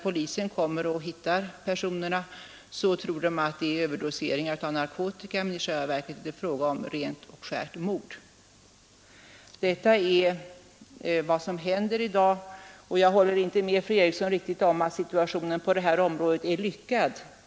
Polisen som hittar den döde tror att dödsorsaken är en överdos av narkotika, medan det i själva verket är fråga om rent och skärt mord. Detta är vad som händer i dag, och jag håller inte med fru Eriksson om att utvecklingen på det här området är lyckad.